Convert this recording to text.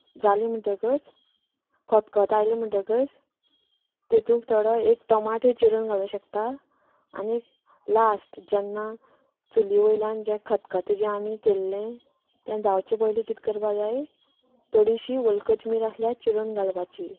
जाले म्हणटकच खतखतो आयलो म्हणटकच तेतूंक थोडो एक टोमाटूय चिरून घालूंक शकता आनीक लास्ट जेन्ना चुली वयल्यान जे खतखतें जे आमी केल्ले तें जावचे पयलीं कितें करपाक जाय थोडीशी ओली कोथमीर आसल्यार चिरून घालपाची